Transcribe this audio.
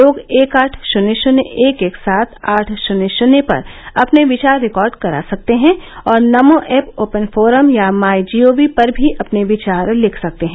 लोग एक आठ शून्य शून्य एक एक सात आठ शून्य शून्य पर अपने विचार रिकॉर्ड करा सकते हैं और नमो ऐप ओपन फोरम या माई जीओवी पर भी अपने विचार लिख सकते हैं